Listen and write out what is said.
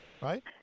right